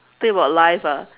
think about life ah